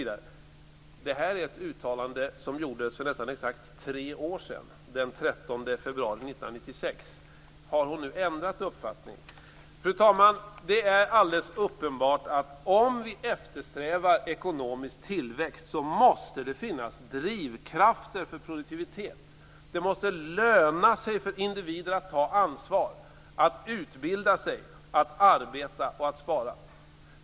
Detta är ett uttalande som gjordes för nästan exakt tre år sedan, den 13 februari 1996. Har hon ändrat uppfattning nu? Fru talman! Det är alldeles uppenbart att om vi eftersträvar ekonomisk tillväxt måste det finnas drivkrafter för produktivitet. Det måste löna sig för individer att ta ansvar, att utbilda sig, att arbeta och att spara.